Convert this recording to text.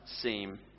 seem